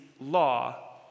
law